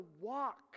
walk